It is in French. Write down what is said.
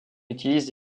utilisent